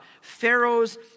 Pharaoh's